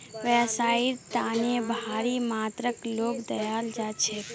व्यवसाइर तने भारी मात्रात लोन दियाल जा छेक